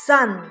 Sun